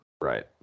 Right